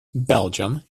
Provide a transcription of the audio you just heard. belgium